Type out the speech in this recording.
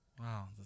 Wow